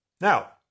now